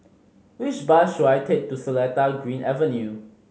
which bus should I take to Seletar Green Avenue